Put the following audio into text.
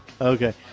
Okay